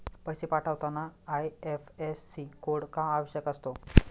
पैसे पाठवताना IFSC code का आवश्यक असतो?